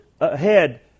ahead